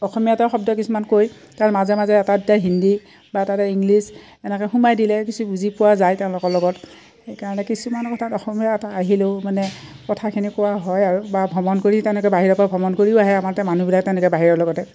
অসমীয়াতে শব্দ কিছুমান কৈ তাৰ মাজে মাজে এটা দুটা হিন্দী বা এটা এটা ইংলিছ এনেকৈ সোমাই দিলে কিছু বুজি পোৱা যায় তেওঁলোকৰ লগত সেইকাৰণে কিছুমান কথাত অসমীয়া এটা আহিলেও মানে কথাখিনি কোৱা হয় আৰু বা ভ্ৰমণ কৰি তেওঁলোকে বাহিৰৰ পৰা ভ্ৰমণ কৰিও আহে আমাৰ ইয়াতে মানুহবিলাক তেনেকৈ বাহিৰৰ লগতে